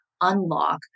unlock